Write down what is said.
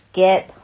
get